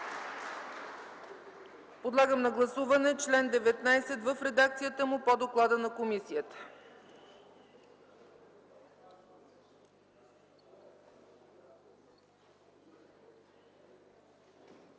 Подлагам на гласуване чл. 19 в редакцията му по доклада на комисията.